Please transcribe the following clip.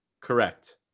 Correct